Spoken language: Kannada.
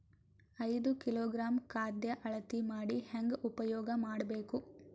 ಐದು ಕಿಲೋಗ್ರಾಂ ಖಾದ್ಯ ಅಳತಿ ಮಾಡಿ ಹೇಂಗ ಉಪಯೋಗ ಮಾಡಬೇಕು?